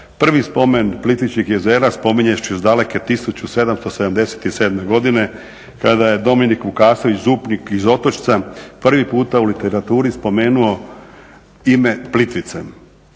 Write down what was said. Prvi spomen Plitvičkih jezera spominje se još daleke 1777. godine kada je Dominik Vukasović župnik iz Otočca prvi puta u literaturi spomenuo ime Plitvice.